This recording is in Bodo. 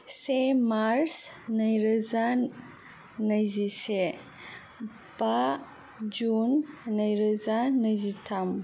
से मार्च नैरोजा नैजिसे बा जुन नैरोजा नैजिथाम